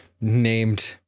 named